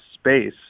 space